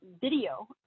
video